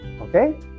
Okay